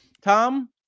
Tom